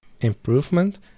improvement